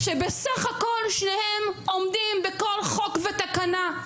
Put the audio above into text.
שבסך הכל שניהם עומדים בכל חוק ותקנה,